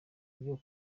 byo